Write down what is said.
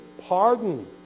pardon